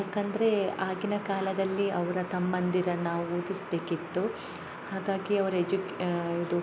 ಯಾಕೆ ಅಂದರೆ ಆಗಿನ ಕಾಲದಲ್ಲಿ ಅವರ ತಮ್ಮಂದಿರನ್ನು ಓದಿಸಬೇಕಿತ್ತು ಹಾಗಾಗಿ ಅವರ ಎಜುಕ್ ಇದು